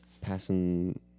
passing